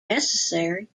necessary